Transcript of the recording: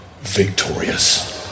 victorious